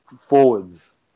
forwards